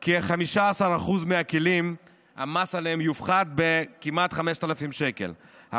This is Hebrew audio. כי על 15% מהכלים המס יופחת כמעט ב-5,000 שקלים,